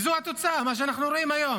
וזו התוצאה, מה שאנחנו רואים היום.